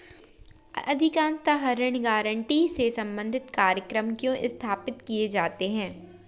अधिकांशतः ऋण गारंटी से संबंधित कार्यक्रम क्यों स्थापित किए जाते हैं?